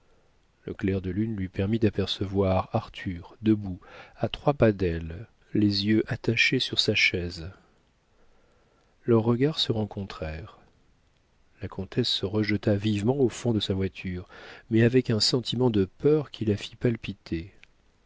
le clair de lune lui permit d'apercevoir arthur debout à trois pas d'elle les yeux attachés sur sa chaise leurs regards se rencontrèrent la comtesse se rejeta vivement au fond de sa voiture mais avec un sentiment de peur qui la fit palpiter